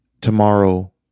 Tomorrow